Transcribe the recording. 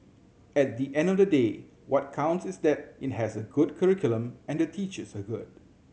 at the end of the day what counts is that it has a good curriculum and the teachers are good